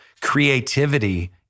Creativity